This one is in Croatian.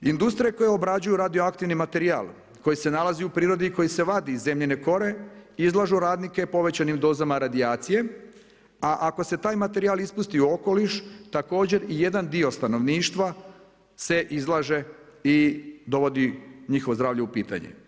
Industrije koje obrađuju radioaktivni materijal koji se nalazi u prirodi i koji se vadi iz zemljine kore izlažu radnike povećanim dozama radijacije, a ako se taj materijal ispusti u okoliš, također i jedan dio stanovništva se izlaže i dovodi njihovo zdravlje u pitanje.